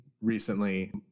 recently